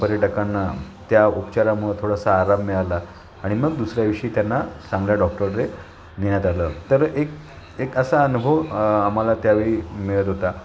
पर्यटकांना त्या उपचारामुळं थोडासा आराम मिळाला आणि मग दुसऱ्याविषयी त्यांना चांगल्या डॉक्टरकडे नेण्यात आलं तर एक एक असा अनुभव आम्हाला त्यावेळी मिळत होता